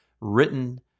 written